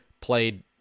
played